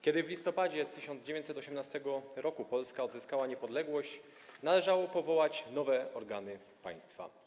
Kiedy w listopadzie 1918 r. Polska odzyskała niepodległość, należało powołać nowe organy państwa.